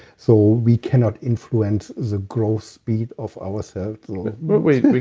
so, we cannot influence the gross speed of ourself but wait, we